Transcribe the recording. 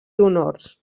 honors